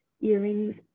earrings